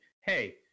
hey